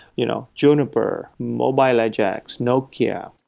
you know juniper, mobile ajax, nokia,